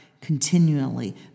continually